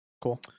Cool